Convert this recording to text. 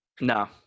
No